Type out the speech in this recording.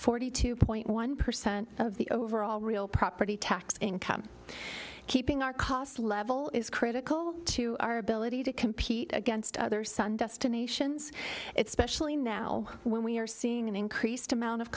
forty two point one percent of the overall real property tax income keeping our cost level is critical to our ability to compete against other sun destinations it's specially now when we are seeing an increased amount of